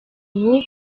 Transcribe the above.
ubu